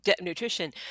nutrition